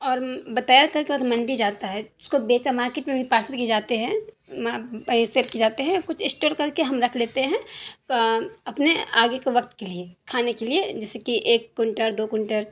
اور بتایا منڈی جاتا ہے اس کو بیچا مارکٹ میں بھی پارسل کیے جاتے ہیں سیٹ کیے جاتے ہیں کچھ اسٹور کر کے ہم رکھ لیتے ہیں اپنے آگے کے وقت کے لیے کھانے کے لیے جیسے کہ ایک کوئنٹر دو کوئنٹر